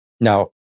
now